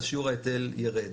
אז שיעור ההיטל יירד,